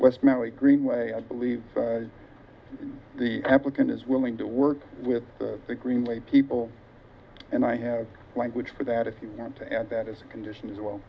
west maui greenway i believe the applicant is willing to work with the greenway people and i have language for that if you want to add that as a condition as well